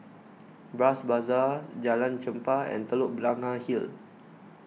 Bras Basah Jalan Chempah and Telok Blangah Hill